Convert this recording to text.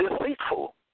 deceitful